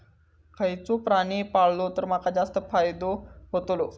खयचो प्राणी पाळलो तर माका जास्त फायदो होतोलो?